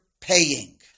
paying